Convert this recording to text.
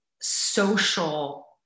social